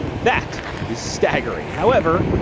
that is staggering. however,